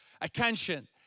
attention